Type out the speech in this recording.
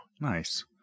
Nice